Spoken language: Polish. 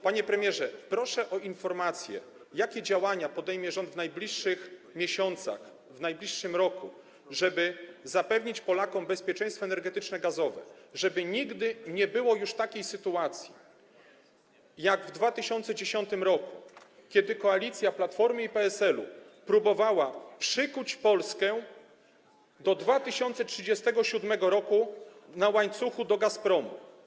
Panie premierze, proszę o informację, jakie działania podejmie rząd w najbliższych miesiącach, w najbliższym roku, żeby zapewnić Polakom bezpieczeństwo energetyczno-gazowe, żeby nigdy nie było już takiej sytuacji, jak w 2010 r., kiedy koalicja Platformy i PSL-u próbowała przykuć Polskę do 2037 r. na łańcuchu do Gazpromu.